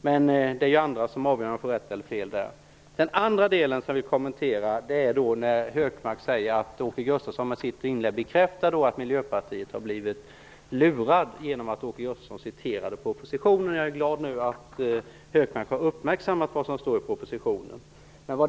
Men det är andra som avgör om jag får rätt eller fel. Jag vill också kommentera det Hökmark sade om att Åke Gustavsson med sitt inlägg, där propositionen citerades, bekräftar att Miljöpartiet har blivit lurat. Jag är glad att Hökmark har uppmärksammat vad som står i propositionen.